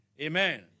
Amen